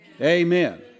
Amen